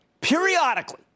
Periodically